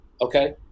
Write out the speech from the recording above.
okay